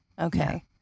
Okay